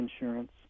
insurance